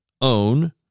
own